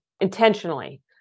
intentionally